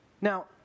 Now